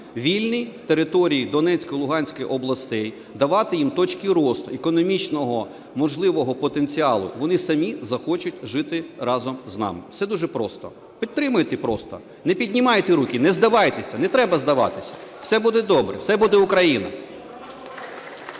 вільні території Донецької і Луганської областей, давати їм точки росту економічного можливого потенціалу і вони самі захочуть жити разом з нами. Все дуже просто. Підтримайте просто. Не піднімайте руки, не здавайтеся, не треба здаватися. Все буде добре. Все буде Україна.